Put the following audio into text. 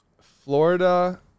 Florida